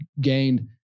gained